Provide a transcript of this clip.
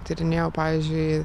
tyrinėjau pavyzdžiui